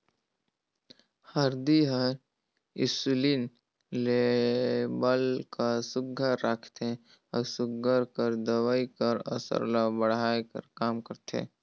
हरदी हर इंसुलिन लेबल ल सुग्घर राखथे अउ सूगर कर दवई कर असर ल बढ़ाए कर काम करथे